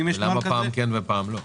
ולמה פעם כן ופעם לא?